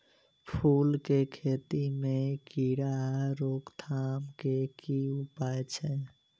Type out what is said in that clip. फूल केँ खेती मे कीड़ा रोकथाम केँ की उपाय छै?